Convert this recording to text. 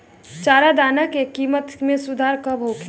चारा दाना के किमत में सुधार कब होखे?